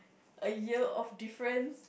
a year of difference